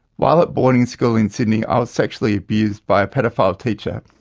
while at boarding school in sydney i was sexually abused by a pedophile teacher.